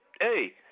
hey